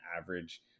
average